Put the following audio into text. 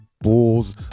Bulls